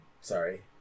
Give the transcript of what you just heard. sorry